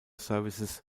services